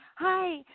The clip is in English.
hi